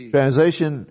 Translation